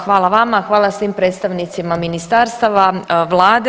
Hvala vama, hvala svim predstavnicima ministarstva, vlade.